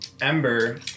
Ember